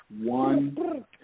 one